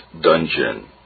dungeon